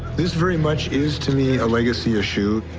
this very much is to me a legacy issue.